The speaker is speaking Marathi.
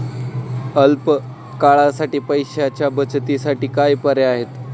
अल्प काळासाठी पैशाच्या बचतीसाठी काय पर्याय आहेत?